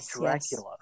Dracula